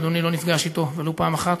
ואדוני לא נפגש אתו ולו פעם אחת,